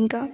ఇంకా